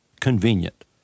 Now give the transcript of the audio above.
convenient